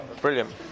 Brilliant